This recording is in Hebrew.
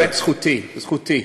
באמת זכותי, זכותי.